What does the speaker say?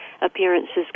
appearances